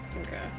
Okay